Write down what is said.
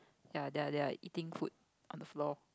ya they are they are eating food on the floor